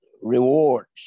rewards